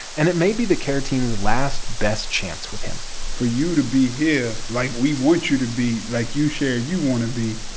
and it may be the care team's last best chance with him for you to be here like we want you to be, like you share you want to be,